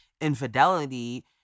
infidelity